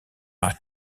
are